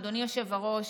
אדוני היושב-ראש,